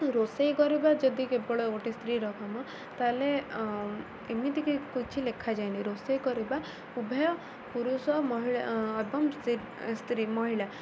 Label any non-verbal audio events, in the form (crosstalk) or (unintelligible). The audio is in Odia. ରୋଷେଇ କରିବା ଯଦି କେବଳ ଗୋଟେ ସ୍ତ୍ରୀର କାମ ତା'ହେଲେ ଏମିତିକି କିଛି ଲେଖାଯାଇନି ରୋଷେଇ କରିବା ଉଭୟ ପୁରୁଷ ମହିଳା ଏବଂ (unintelligible) ସ୍ତ୍ରୀ ମହିଳା